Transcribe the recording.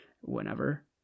whenever